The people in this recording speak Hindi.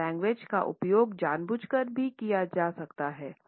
पैरालेंग्वेज का उपयोग जानबूझकर भी किया जा सकता है